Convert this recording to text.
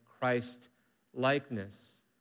Christ-likeness